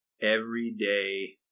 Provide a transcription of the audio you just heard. everyday